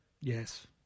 Yes